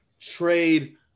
trade